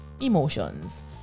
emotions